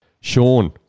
Sean